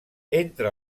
entre